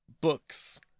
books